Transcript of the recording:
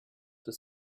the